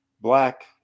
Black